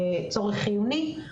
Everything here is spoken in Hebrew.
וצורך חיוני.